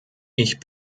ich